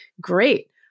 Great